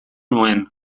nuen